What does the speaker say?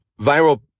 Viral